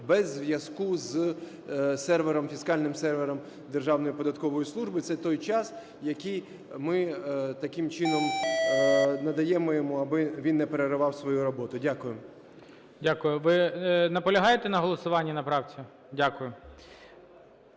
без зв'язку з сервером, фіскальним сервером Державної податкової служби, це той час, який ми таким чином надаємо йому, аби він не переривав свою роботу. Дякую. ГОЛОВУЮЧИЙ. Дякую. Ви наполягаєте на голосуванні, на правці? Дякую.